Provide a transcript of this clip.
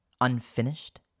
unfinished